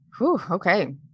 Okay